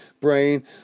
brain